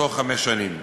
בתוך חמש שנים.